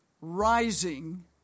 rising